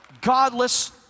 godless